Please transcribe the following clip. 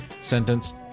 sentence